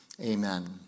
Amen